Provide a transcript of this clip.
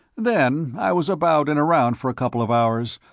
then i was about and around for a couple of hours,